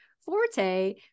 forte